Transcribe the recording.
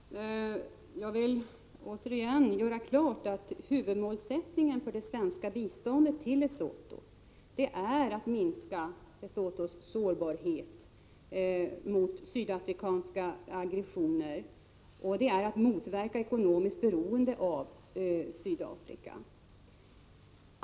Herr talman! Jag vill återigen göra klart att huvudmålsättningen för det svenska biståndet till Lesotho är att minska Lesothos sårbarhet mot sydafrikanska aggressioner och att motverka ekonomiskt beroende av Sydafrika.